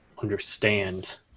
understand